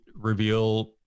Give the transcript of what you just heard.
reveal